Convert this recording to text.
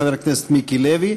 חבר הכנסת מיקי לוי.